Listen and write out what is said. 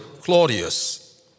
Claudius